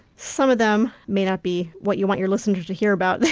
some of them may not be what you want your listeners to hear about.